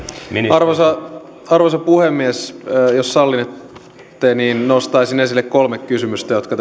arvoisa arvoisa puhemies jos sallitte niin nostaisin esille kolme kysymystä jotka